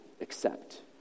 accept